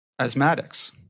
Asthmatics